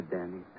Danny